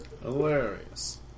Hilarious